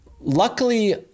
luckily